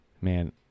man